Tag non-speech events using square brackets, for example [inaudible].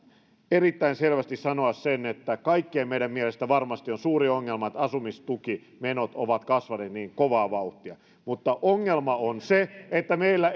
erittäin selvästi sanoa sen että kaikkien meidän mielestä varmasti on suuri ongelma että asumistukimenot ovat kasvaneet niin kovaa vauhtia mutta ongelma on se että meillä [unintelligible]